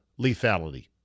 lethality